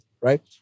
right